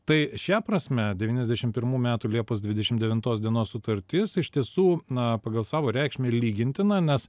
tai šia prasme devyniasdešimt pirmų metų liepos dvidešimt devintos dienos sutartis iš tiesų na pagal savo reikšmę lygintina nes